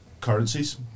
currencies